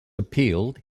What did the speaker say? appealed